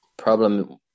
problem